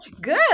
Good